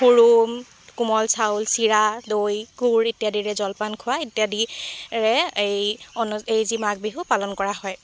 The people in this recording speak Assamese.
সুৰুম কোমল চাউল চিৰা দৈ গুড় ইত্যাদিৰে জলপান খোৱা ইত্যাদি ৰে এই অনু এই যি মাঘ বিহু পালন কৰা হয়